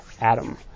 Adam